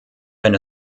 wenn